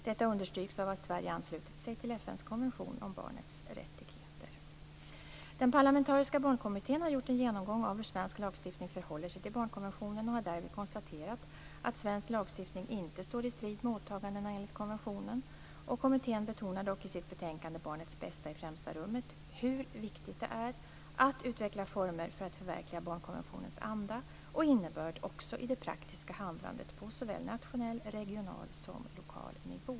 Detta understryks av att Den parlamentariska barnkommittén har gjort en genomgång av hur svensk lagstiftning förhåller sig till barnkonventionen och har därvid konstaterat att svensk lagstiftning inte står i strid med åtagandena enligt konventionen. Kommittén betonar dock i sitt betänkande Barnets bästa i främsta rummet hur viktigt det är att utveckla former för att förverkliga barnkonventionens anda och innebörd också i det praktiska handlandet på såväl nationell och regional som lokal nivå.